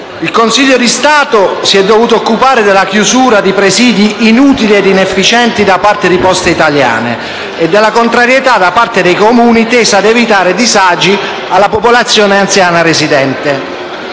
Il Consiglio di Stato si è dovuto occupare della chiusura di presidi inutili ed inefficienti da parte di Poste italiane e della contrarietà da parte dei Comuni, tesa ad evitare disagi alla popolazione anziana residente.